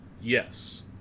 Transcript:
Yes